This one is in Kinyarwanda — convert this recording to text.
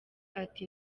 ati